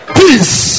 peace